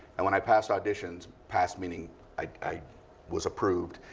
and when i passed auditions passed meaning i was approved